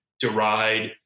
deride